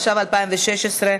התשע"ו 2016,